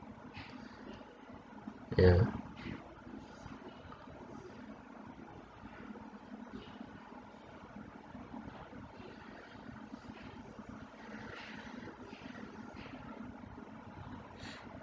yeah